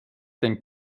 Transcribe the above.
den